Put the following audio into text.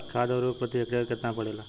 खाध व उर्वरक प्रति हेक्टेयर केतना पड़ेला?